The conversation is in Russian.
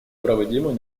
проводимую